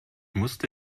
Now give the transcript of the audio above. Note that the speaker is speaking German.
musste